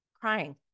crying